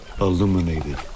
illuminated